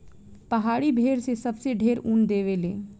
पहाड़ी भेड़ से सबसे ढेर ऊन देवे ले